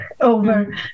over